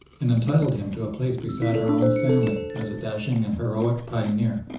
and entitled him to a place beside our own stanley as a dashing and heroic pioneer.